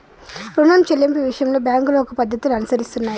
రుణం చెల్లింపు విషయంలో బ్యాంకులు ఒక పద్ధతిని అనుసరిస్తున్నాయి